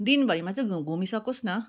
दिनभरिमा चाहिँ घु घुमिसकोस न